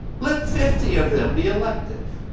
let fifty of them be elected.